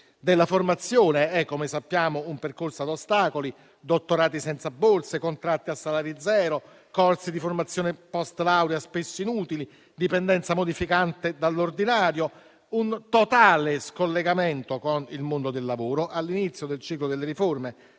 della formazione, come sappiamo, è un percorso ad ostacoli: dottorati senza borse, contratti a salari zero, corsi di formazione postlaurea spesso inutili, dipendenza mortificante dall'ordinario, un totale scollegamento con il mondo del lavoro. All'inizio del ciclo delle riforme,